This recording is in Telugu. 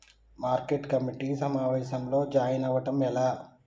మార్కెట్ కమిటీ సమావేశంలో జాయిన్ అవ్వడం ఎలా?